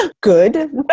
Good